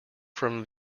from